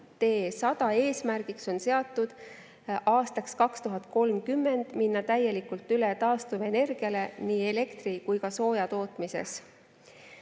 TE100 eesmärgiks on seatud aastaks 2030 minna täielikult üle taastuvenergiale nii elektri- kui soojusetootmises."